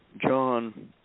John